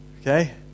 Okay